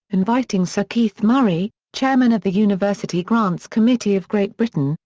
inviting sir keith murray, chairman of the university grants committee of great britain,